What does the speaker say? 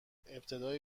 ابتدای